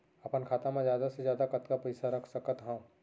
अपन खाता मा जादा से जादा कतका पइसा रख सकत हव?